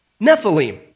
Nephilim